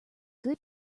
good